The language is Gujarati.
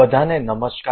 બધા ને નમસ્કાર